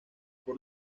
por